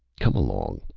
come along!